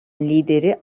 lideri